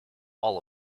all